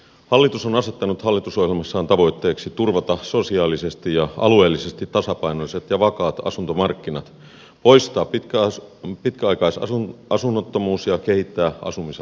hallitus on asettanut hallitusohjelmassaan tavoitteeksi turvata sosiaalisesti ja alueellisesti tasapainoiset ja vakaat asuntomarkkinat poistaa pitkäaikaisasunnottomuus ja kehittää asumisen laatua